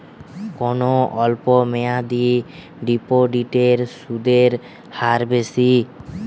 কোন অল্প মেয়াদি ডিপোজিটের সুদের হার বেশি?